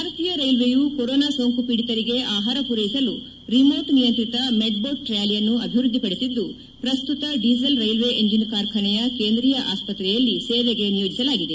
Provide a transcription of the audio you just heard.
ಭಾರತೀಯ ರೈಲ್ವೆಯು ಕೊರೋನಾ ಸೋಂಕು ಪೀಡಿತರಿಗೆ ಆಹಾರ ಪೂರೈಸಲು ರಿಮೊಟ್ ನಿಯಂತ್ರಿತ ಮೆಡ್ಬೋಟ್ ಟ್ರ್ಯಾಲಿಯನ್ನು ಅಭಿವೃದ್ಧಿಪಡಿಸಿದ್ದು ಪ್ರಸ್ತುತ ಡೀಸೆಲ್ ರೈಲ್ವೆ ಇಂಜಿನ್ ಕಾರ್ಖಾನೆಯ ಕೇಂದ್ರೀಯ ಆಸ್ವತ್ರೆಯಲ್ಲಿ ಸೇವೆಗೆ ನಿಯೋಜಿಸಿದೆ